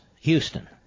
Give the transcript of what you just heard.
Houston